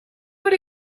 what